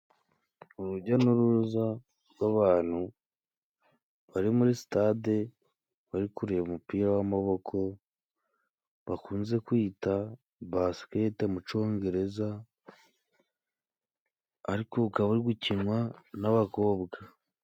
Urujya n'uruza rw'abantu bari muri sitade, bari kureba umupira w'amaboko, bakunze kwita basikete mu cyongereza, ariko ukaba uri gukinwa n'abakobwa.